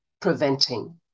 preventing